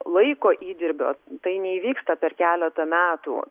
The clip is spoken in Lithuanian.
laiko įdirbio tai neįvyksta per keletą metų